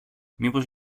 μήπως